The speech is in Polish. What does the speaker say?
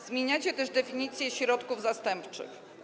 Zmieniacie też definicję środków zastępczych.